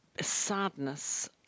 sadness